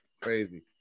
Crazy